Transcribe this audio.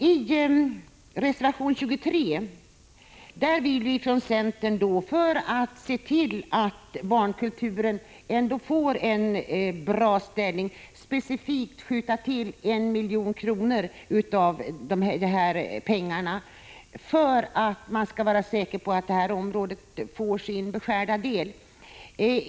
I reservation 23 vill vi från centern, för att se till att barnkulturen skall få en bra 37 ställning, specifikt skjuta till 1 milj.kr. för att man skall vara säker på att detta område får sin beskärda del.